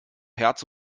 herz